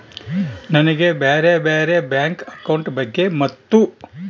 ನನಗೆ ಬ್ಯಾರೆ ಬ್ಯಾರೆ ಬ್ಯಾಂಕ್ ಅಕೌಂಟ್ ಬಗ್ಗೆ ಮತ್ತು?